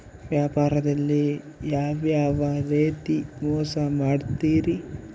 ವ್ಯಾಪಾರದಲ್ಲಿ ಯಾವ್ಯಾವ ರೇತಿ ಮೋಸ ಮಾಡ್ತಾರ್ರಿ?